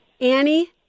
Annie